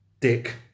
Dick